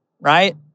right